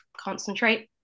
concentrate